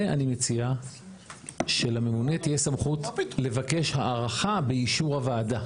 ואני מציע שלממונה תהיה סמכות לבקש הארכה באישור הוועדה.